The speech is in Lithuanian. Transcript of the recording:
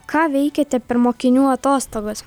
ką veikiate per mokinių atostogas